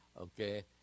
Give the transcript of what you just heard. Okay